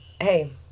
Hey